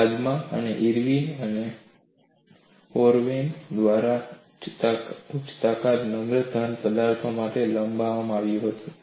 બાદમાં આને ઇરવિન અને ઓરોવેન દ્વારા ઉચ્ચ તાકાત નમ્ર ઘન પદાર્થો માટે લંબાવવામાં આવ્યું હતું